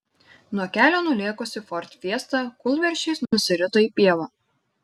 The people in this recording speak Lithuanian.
nuo kelio nulėkusi ford fiesta kūlversčiais nusirito į pievą